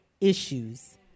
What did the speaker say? issues